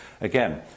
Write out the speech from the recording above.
again